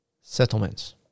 settlements